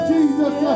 Jesus